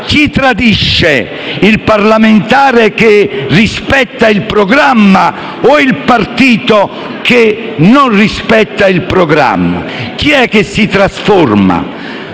chi tradisce, il parlamentare che rispetta il programma o il partito che non rispetta il programma? *(Applausi della